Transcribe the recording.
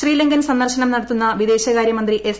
ശ്രീലങ്കൻ സന്ദർശനം നടത്തുന്ന വിദേശകാര്യ മന്ത്രി എസ്